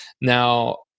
Now